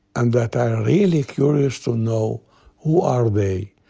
and that i really curious to know who are they,